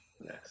yes